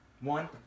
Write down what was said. one